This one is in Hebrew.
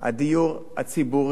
הדיור הציבורי,